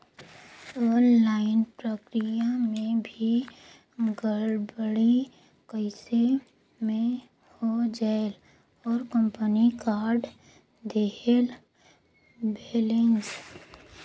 Online प्रक्रिया मे भी गड़बड़ी कइसे मे हो जायेल और कंपनी काट देहेल बैलेंस?